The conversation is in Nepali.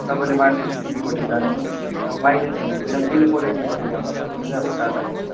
तपाईँले मारुति सुजुकीपट्टि जानुहोस् अब माइलेजपट्टि हेर्नुहुन्छ नोबल क्वालिटीपट्टि जानुहुन्छ भने चाहिँ अब टाटाको